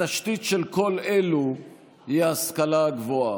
התשתית של כל אלו היא ההשכלה הגבוהה.